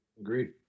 Agreed